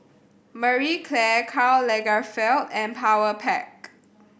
Marie Claire Karl Lagerfeld and Powerpac